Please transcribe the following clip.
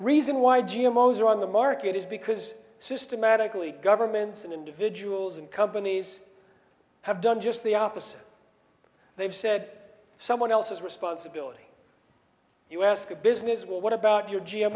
reason why g m o's are on the market is because systematically governments and individuals and companies have done just the opposite they've said someone else's responsibility you ask a business well what about your g